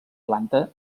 planta